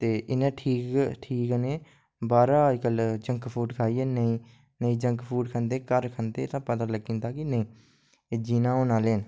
ते इन्ने ठीक न ऐ बाह्रा अजकल्ल जंक फूड खाइयै नेईं जंक फूड खंदे घर खंदे ते पता लग्गी जदा कि नेईं एह् जीना हून आह्ले न